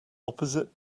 opposite